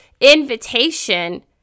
invitation